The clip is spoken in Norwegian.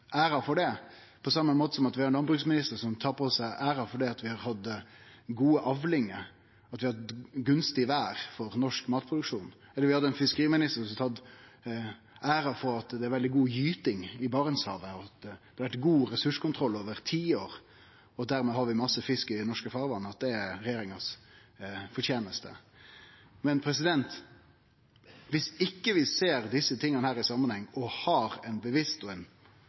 æra for det, på same måte som at vi har ein landbruksminister som tar på seg æra for at vi har hatt gode avlingar, at vi har hatt gunstig vêr for norsk matproduksjon, eller at vi har ein fiskeriminister som har tatt æra for at det er veldig god gyting i Barentshavet, at det har vore god ressurskontroll over tiår, og at vi dermed har mykje fisk i norske farvatn – at dette er regjeringas forteneste. Men viss vi ikkje ser desse tinga i samanheng og har